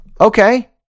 okay